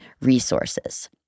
resources